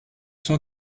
cent